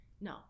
no